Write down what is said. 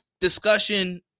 discussion